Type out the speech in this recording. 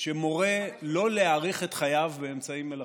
שמורה לא להאריך את חייו באמצעים מלאכותיים.